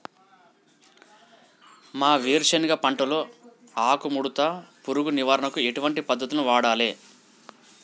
మా వేరుశెనగ పంటలో ఆకుముడత పురుగు నివారణకు ఎటువంటి పద్దతులను వాడాలే?